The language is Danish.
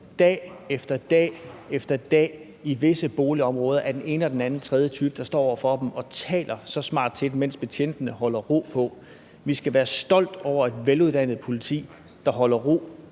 øre til dag efter dag i visse boligområder fra den ene, den anden og den tredje type, der står over for dem og taler så smart til dem, mens betjentene holder ro på? Vi skal være stolte over et veluddannet politi, der holder ro